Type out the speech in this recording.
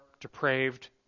depraved